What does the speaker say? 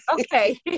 Okay